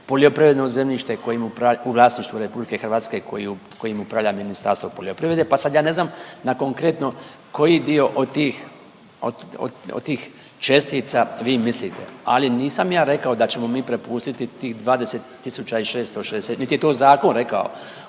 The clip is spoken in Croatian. poljoprivredno zemljište kojim, u vlasništvu RH kojim upravlja Ministarstvo poljoprivrede pa sad ja ne znam na konkretno koji dio od tih, od, od tih čestica vi mislite ali nisam ja rekao da ćemo mi prepustiti tih 20.660 niti je to zakon rekao,